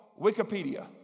Wikipedia